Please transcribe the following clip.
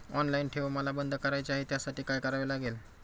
Online ठेव मला बंद करायची आहे, त्यासाठी काय करावे लागेल?